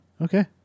Okay